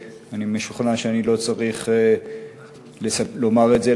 אני משוכנע שאני לא צריך לומר את זה לך,